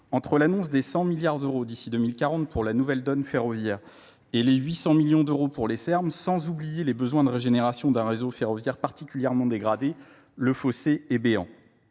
entre l'annonce des cent milliards d'euros d'ici deux mille quarante pour la nouvelle donne ferroviaire et les huit cents millions d'euros pour les serbes sans oublier les besoins de régénération d'un réseau ferroviaire particulièrement dégradé le fossé est béant